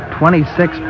twenty-six